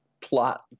plot